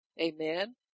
Amen